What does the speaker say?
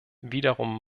wiederum